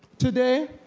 today,